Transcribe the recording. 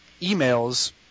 emails